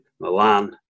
Milan